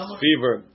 fever